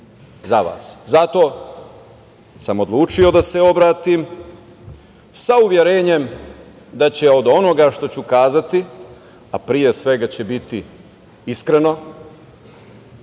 za vas. Zato sam odlučio da se obratim sa uverenjem da će od onoga što ću reći, a pre svega će biti iskreno,